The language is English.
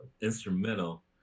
instrumental